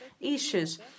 issues